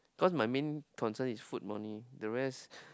cause my main concern is food only the rest